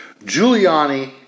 Giuliani